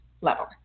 level